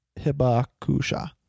Hibakusha